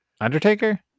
Undertaker